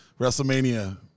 WrestleMania